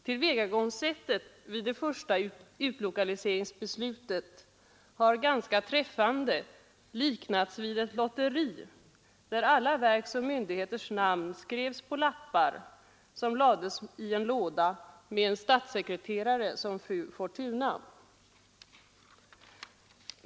Tillvägagångssättet vid det första utlokaliseringsbeslutet har ganska träffande liknats vid ett lotteri, där alla verks och myndigheters namn skrevs på lappar som lades i en låda och med en statssekreterare som fru Fortuna.